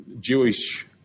Jewish